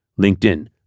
LinkedIn